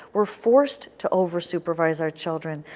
we are forced to over-supervise our children.